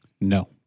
No